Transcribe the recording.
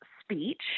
speech